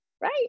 right